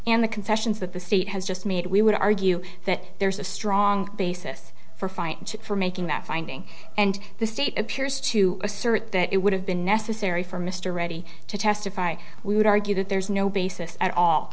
in the confessions that the state has just made we would argue that there's a strong basis for fine for making that finding and the state appears to assert that it would have been necessary for mr reddy to testify we would argue that there's no basis at all